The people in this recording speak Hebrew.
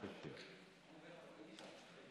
הכנסת קרן